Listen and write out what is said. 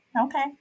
Okay